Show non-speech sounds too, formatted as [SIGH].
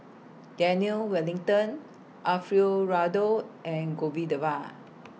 Daniel Wellington Alfio Raldo and [UNINTELLIGIBLE]